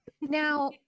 Now